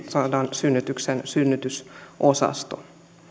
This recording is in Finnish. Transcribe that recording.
synnytyksen synnytysosasto